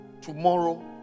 tomorrow